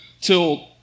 till